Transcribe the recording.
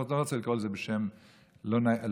ואני לא רוצה לקרוא לזה בשם לא יפה,